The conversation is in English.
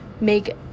make